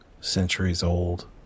centuries-old